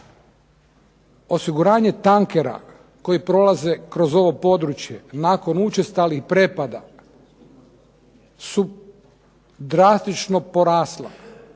Osiguranje tankera koji prolaze kroz ovo područje nakon učestalih prepada su drastično porasla